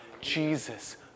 Jesus